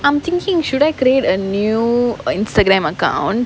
I'm thinking should I create a new Instagram account